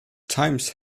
times